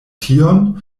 tion